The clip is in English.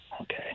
Okay